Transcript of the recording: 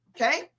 Okay